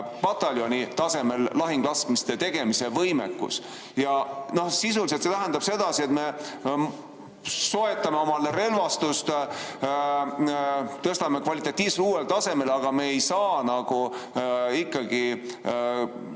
pataljoni tasemel lahinglaskmiste tegemise võimekus. Sisuliselt tähendab see seda, et me soetame relvastust, tõstame selle kvalitatiivselt uuele tasemele, aga me ei saa ikkagi